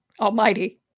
almighty